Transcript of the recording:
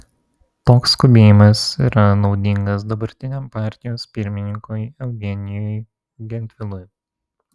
toks skubėjimas yra naudingas dabartiniam partijos pirmininkui eugenijui gentvilui